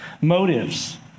motives